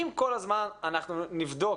אם כל הזמן אנחנו נבדוק